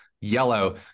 yellow